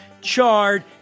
charred